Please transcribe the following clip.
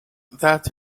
that